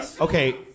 Okay